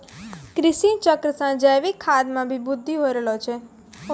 कृषि चक्र से जैविक खाद मे भी बृद्धि हो रहलो छै